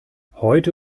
heute